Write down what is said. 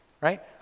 right